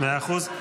מאה אחוז.